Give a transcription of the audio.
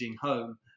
home